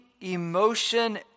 emotion